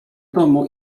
domu